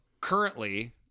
Currently